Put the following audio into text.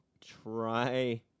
try